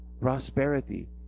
Prosperity